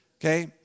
okay